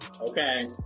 okay